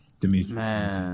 Demetrius